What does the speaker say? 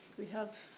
we have